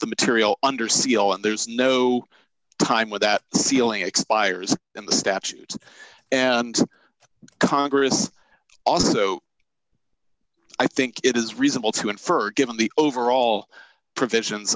the material under seal and there's no time with that ceiling expires and the statute and congress also i think it is reasonable to infer given the overall provisions